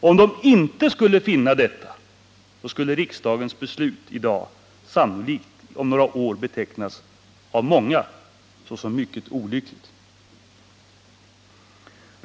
Om man inte skulle finna detta, skulle riksdagens beslut i dag sannolikt om några år komma att betecknas såsom mycket olyckligt av många.